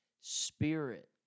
spirit